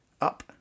up